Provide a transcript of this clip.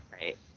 right